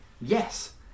yes